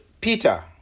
Peter